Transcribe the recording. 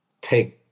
take